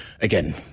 again